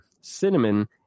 cinnamon